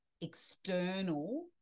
external